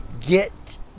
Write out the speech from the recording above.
get